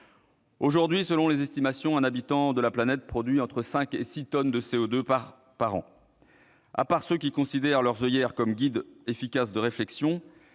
Aujourd'hui, selon les estimations, un habitant de la planète produit entre 5 et 6 tonnes de CO2 par an. À part ceux qui considèrent leurs oeillères comme un guide efficace de réflexion,